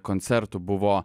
koncertų buvo